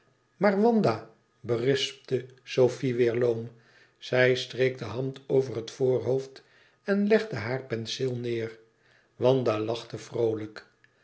maar wanda berispte sofie weêr loom zij streek de hand over het voorhoofd en legde haar penseel neêr wanda lachte vroolijk